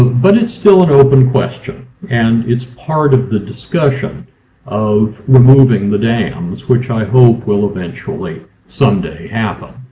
but it's still an open question and it's part of the discussion of removing the dams which i hope will eventually someday happen.